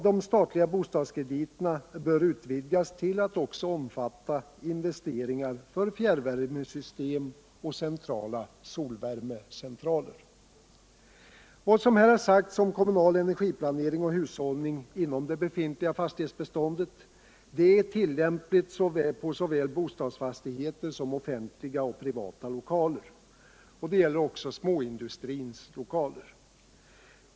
De statliga bostadskrediterna bör utvidgas till att också omfatta investeringar för fjärrvärmesystem och centrala solvärmecentraler. Vad som här sagts om kommunal energiplanering och hushållning inom det befintliga fastighetsbeståndet är tillämpligt på såväl bostadsfastigheter som offentliga och privata lokaler, och det gäller också för småindustrins lokaler.